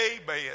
Amen